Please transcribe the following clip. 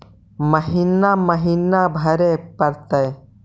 महिना महिना भरे परतैय?